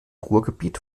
ruhrgebiet